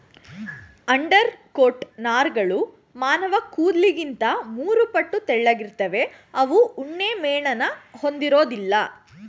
undercoat ನಾರ್ಗಳು ಮಾನವಕೂದ್ಲಿಗಿಂತ ಮೂರುಪಟ್ಟು ತೆಳ್ಳಗಿರ್ತವೆ ಅವು ಉಣ್ಣೆಮೇಣನ ಹೊಂದಿರೋದಿಲ್ಲ